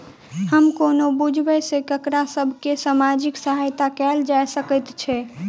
हम कोना बुझबै सँ ककरा सभ केँ सामाजिक सहायता कैल जा सकैत छै?